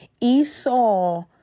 Esau